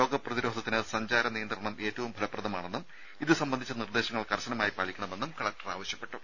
രോഗപ്രതിരോധത്തിന് സഞ്ചാര നിയന്ത്രണം ഏറ്റവും ഫലപ്രദമാണെന്നും ഇത് സംബന്ധിച്ച നിർദ്ദേശങ്ങൾ കർശനമായി പാലിക്കണമെന്നും കലക്ടർ ആവശ്യപ്പെട്ടു